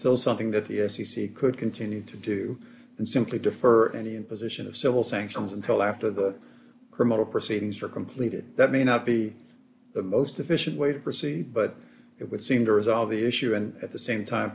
still something that the f c c could continue to do and simply defer any imposition of civil sanctions until after the criminal proceedings are completed that may not be the most efficient way to proceed but it would seem to resolve the issue and at the same time